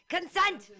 Consent